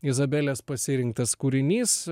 izabelės pasirinktas kūrinys